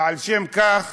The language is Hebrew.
ועל שום כך